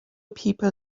people